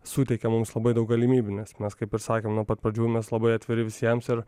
suteikia mums labai daug galimybių nes mes kaip ir sakėm nuo pat pradžių mes labai atviri visiems ir